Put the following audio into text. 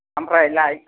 ओमफ्राय लाय